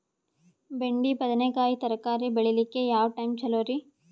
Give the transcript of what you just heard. ಬೆಂಡಿ ಬದನೆಕಾಯಿ ತರಕಾರಿ ಬೇಳಿಲಿಕ್ಕೆ ಯಾವ ಟೈಮ್ ಚಲೋರಿ?